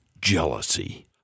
jealousy